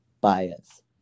bias